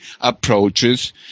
approaches